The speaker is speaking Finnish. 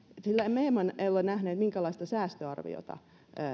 sillä mehän emme ole nähneet minkäänlaista säästöarviota